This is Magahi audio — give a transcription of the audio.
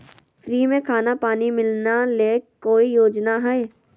फ्री में खाना पानी मिलना ले कोइ योजना हय?